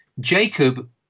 Jacob